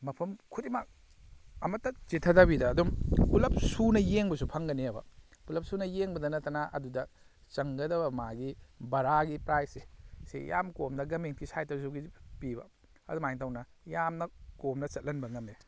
ꯃꯐꯝ ꯈꯨꯗꯤꯡꯃꯛ ꯑꯃꯠꯇ ꯆꯤꯊꯗꯕꯤꯗ ꯑꯗꯨꯝ ꯄꯨꯜꯂꯞ ꯁꯨꯅ ꯌꯦꯡꯕꯁꯨ ꯐꯪꯒꯅꯦꯕ ꯄꯨꯜꯂꯞ ꯁꯨꯅ ꯌꯦꯡꯕꯗ ꯅꯠꯇꯅ ꯑꯗꯨꯗ ꯆꯪꯒꯗꯕ ꯃꯥꯒꯤ ꯕꯔꯥꯒꯤ ꯄ꯭ꯔꯥꯖꯁꯤ ꯁꯤ ꯌꯥꯝꯅ ꯀꯣꯝꯅ ꯒꯃꯦꯟꯒꯤ ꯁꯥꯏꯠꯇꯒꯤꯁꯨ ꯄꯤꯕ ꯑꯗꯨꯃꯥꯏꯅ ꯇꯧꯅ ꯌꯥꯝꯅ ꯀꯣꯝꯅ ꯆꯠꯍꯟꯕ ꯉꯝꯃꯦ